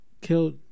killed